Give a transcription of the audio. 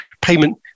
payment